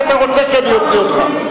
כי אתה רוצה שאני אוציא אותך.